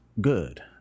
good